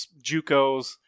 JUCOs